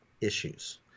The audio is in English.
issues